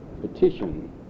petition